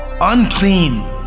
unclean